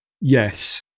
yes